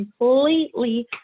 completely